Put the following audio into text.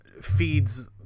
feeds